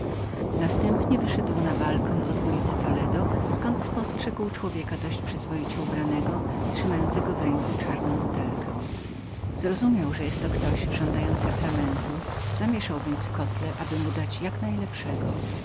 następnie wyszedł na balkon od ulicy toledo i spostrzegł człowieka dość przyzwoicie ubranego trzymającego w ręku czarną butelkę zrozumiał że to był jakiś żądający atramentu zamieszał więc w kotle aby mu dać jak